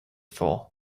for